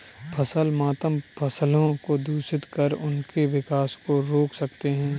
फसल मातम फसलों को दूषित कर उनके विकास को रोक सकते हैं